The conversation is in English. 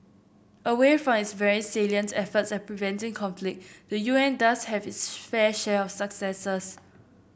away from its very salient efforts at preventing conflict the U N does have its fair share of successes